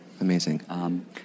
Amazing